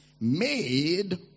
made